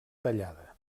tallada